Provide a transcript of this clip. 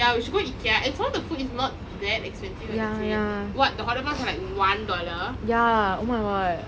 ya we should go Ikea and somemore the food is not that expensive I would say what the hotdog buns are like one dollar